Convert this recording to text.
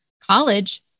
college